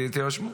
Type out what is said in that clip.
תירשמו,